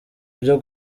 byo